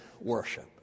worship